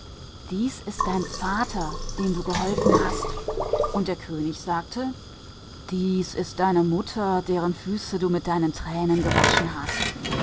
dies ist dein vater dem du geholfen hast und der könig sagte dies ist deine mutter deren füße du mit deinen tränen gewaschen hast